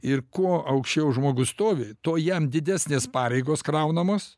ir kuo aukščiau žmogus stovi tuo jam didesnės pareigos kraunamos